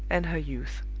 and her youth.